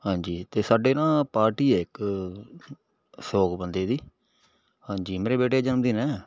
ਹਾਂਜੀ ਅਤੇ ਸਾਡੇ ਨਾ ਪਾਰਟੀ ਆ ਇੱਕ ਸੌ ਕੁ ਬੰਦੇ ਦੀ ਹਾਂਜੀ ਮੇਰੇ ਬੇਟੇ ਜਨਮ ਦਿਨ ਹੈ